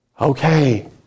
Okay